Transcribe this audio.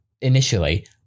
initially